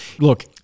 look